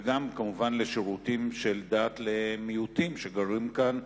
וגם כמובן לשירותי דת למיעוטים שגרים כאן,